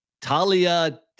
Talia